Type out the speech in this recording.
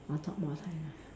ah talk more so ya